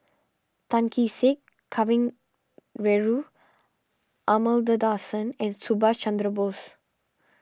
Tan Kee Sek Kavignareru Amallathasan and Subhas Chandra Bose